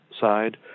side